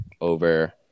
over